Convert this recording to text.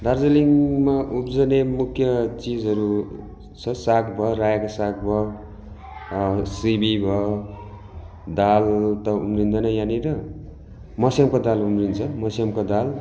दार्जिलिङमा उब्जने मुख्य चिजहरू स साग भयो रायोको साग भयो सिमी भयो दाल त उम्रिँदैन यहाँनिर मस्यामको दाल उम्रिन्छ मस्यामको दाल